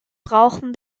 brauchen